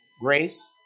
Grace